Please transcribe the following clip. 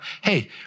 hey